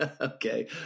okay